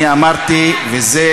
בבקשה.